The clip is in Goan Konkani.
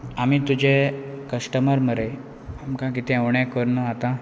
आमी तुजे कस्टमर मरे आमकां कितें उणें कर न्हू आतां